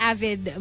Avid